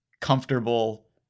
comfortable